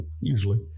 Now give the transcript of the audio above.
Usually